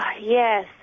yes